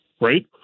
right